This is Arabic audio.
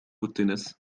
التنس